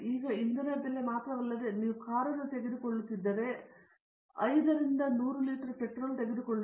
ಈಗ ಇದು ಇಂಧನ ಬೆಲೆ ಮಾತ್ರವಲ್ಲದೆ ನೀವು ಕಾರನ್ನು ತೆಗೆದುಕೊಳ್ಳುತ್ತಿದ್ದರೆ 5 ರಿಂದ 100 ಲೀಟರ್ ಪೆಟ್ರೋಲ್ ತೆಗೆದುಕೊಳ್ಳುತ್ತದೆ